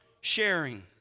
sharing